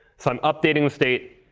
so i'm updating the state,